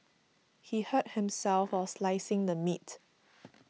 he hurt himself while slicing the meat